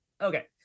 Okay